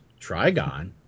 Trigon